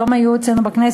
היום הם היו אצלנו בכנסת,